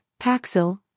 Paxil